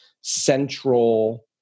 central